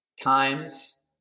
times